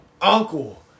Uncle